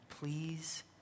please